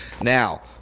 Now